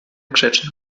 grzeczna